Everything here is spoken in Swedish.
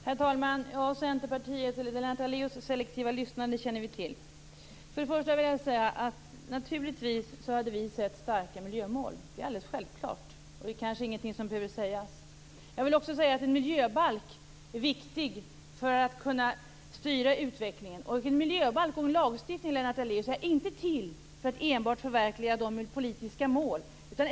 Herr talman! Centerpartiets och Lennart Daléus selektiva lyssnade känner vi till. För det första vill jag säga att vi naturligtvis gärna hade sett starka miljömål. Det är alldeles självklart. Det är kanske ingenting som behöver sägas. Jag vill också säga att en miljöbalk är viktig för att kunna styra utvecklingen. En miljöbalk - en lagstiftning, Lennart Daléus - är inte till för att enbart förverkliga politiska mål.